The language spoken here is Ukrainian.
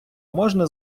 можна